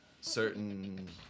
certain